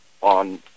on